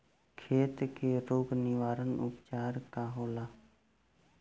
खेती के रोग निवारण उपचार का होला?